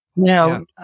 Now